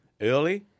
Early